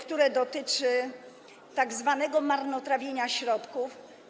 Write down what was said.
które dotyczy tzw. marnotrawienia środków.